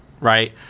right